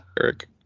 Eric